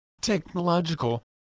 technological